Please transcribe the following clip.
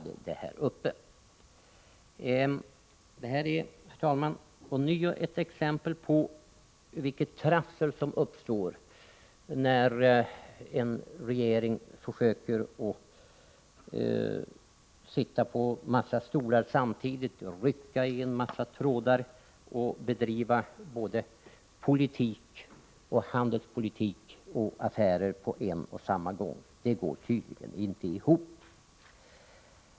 Det här är, herr talman, ett nytt exempel på vilket trassel som uppstår när en regering försöker sitta på en massa stolar samtidigt, rycka i en massa trådar och på en och samma gång bedriva politik, handelspolitik och affärer. Det går tydligen inte ihop.